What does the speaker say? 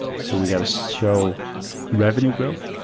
so we got to show revenue growth.